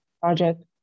project